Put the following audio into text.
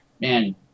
man